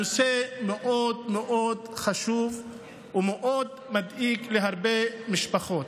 הנושא מאוד חשוב ומאוד מדאיג הרבה משפחות,